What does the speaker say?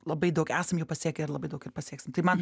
labai daug esam jau pasiekę ir labai daug ir pasieksim tai man